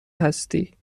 هستی